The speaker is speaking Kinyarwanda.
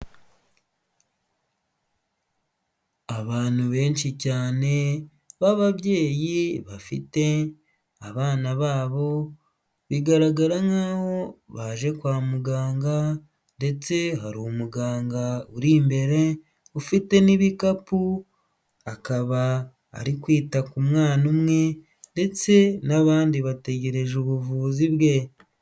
Abantu benshi cyane ba babyeyi bafite abana babo bigaragara nkaho baje kwa muganga, ndetse hari umuganga uri imbere ufite n'ibikapu, akaba ari kwita ku mwana umwe ndetse n'abandi bategereje ubuvuzi bwe.